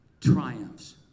triumphs